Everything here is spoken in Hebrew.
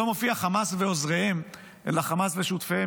לא מופיע "חמאס ועוזריהם" אלא "חמאס ושותפיהם",